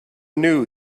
knew